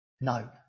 No